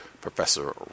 Professor